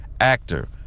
actor